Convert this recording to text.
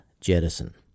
Jettison